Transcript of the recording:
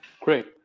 great